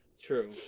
true